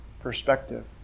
perspective